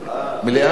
מליאה.